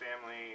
family